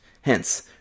Hence